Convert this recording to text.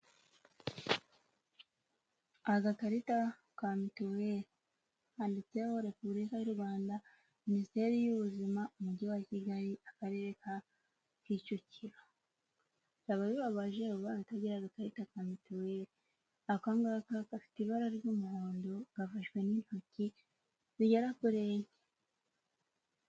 Agakarita ka mituweri. Kanditseho Repubulika y'u Rwanda, Minisiteri y'ubuzima, umujyi wa Kigali, akarere ka Kicukiro. Byaba bibabaje ubaye utagira agakarita ka mituweri. Aka ngaka gafite ibara ry'umuhondo gafashwe n'intoki zigera kuri enye.